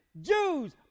Jews